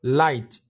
light